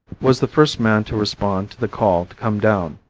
was the first man to respond to the call to come down.